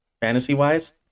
fantasy-wise